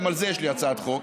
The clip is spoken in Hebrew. גם על זה יש לי הצעת חוק.